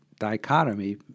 dichotomy